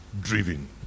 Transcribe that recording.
driven